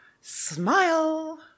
smile